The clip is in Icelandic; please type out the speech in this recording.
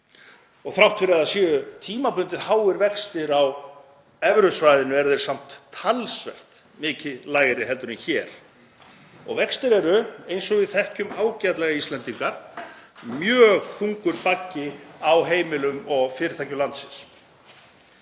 Þrátt fyrir að það séu tímabundið háir vextir á evrusvæðinu eru þeir samt talsvert mikið lægri en hér og vextir eru, eins og við þekkjum ágætlega, Íslendingar, mjög þungur baggi á heimilum og fyrirtækjum landsins.